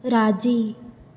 राज़ी